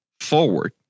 forward